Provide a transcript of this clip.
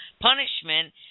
punishment